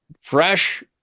fresh